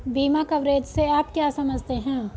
बीमा कवरेज से आप क्या समझते हैं?